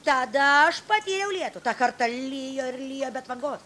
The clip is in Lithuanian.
tada aš padėjau lietų tą kartą lijo ar lijo be atvangos